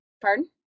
pardon